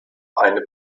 eine